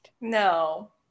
No